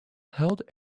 held